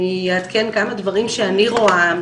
אני אעדכן כמה דברים שאני רואה,